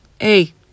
Hey